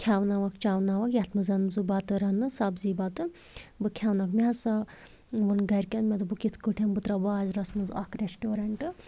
کھیٛاوناوَکھ چیٛاوناوَکھ یَتھ منٛز بہٕ بَتہٕ رَنہٕ سبزی بَتہٕ بہٕ کھیٛاوناوَکھ مےٚ ہسا ووٚن گَرِکٮ۪ن مےٚ دوٚپُکھ یِتھ کٲٹھۍ بہٕ ترٛاوٕ بازرَس منٛز اَکھ ریسٹَورنٹ